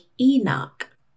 Enoch